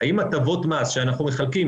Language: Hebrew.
האם הטבות מס שאנחנו מחלקים,